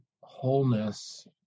wholeness